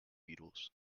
beatles